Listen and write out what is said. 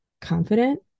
confident